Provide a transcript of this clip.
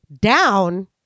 down